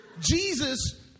Jesus